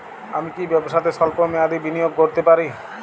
আমি কি ব্যবসাতে স্বল্প মেয়াদি বিনিয়োগ করতে পারি?